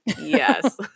Yes